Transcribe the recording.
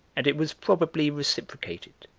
and it was probably reciprocated.